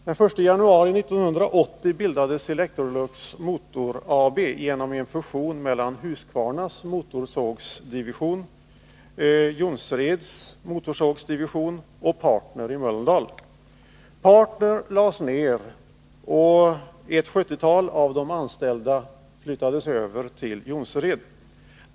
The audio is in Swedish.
Den 1 januari 1980 bildades Electrolux Motorsågar AB genom en fusion mellan Husqvarnas motorsågsdivision, Jonsereds motorsågsdivision och Partner i Mölndal. Partner lades ner, och ett 70-tal av de anställda flyttades över till Jonsered.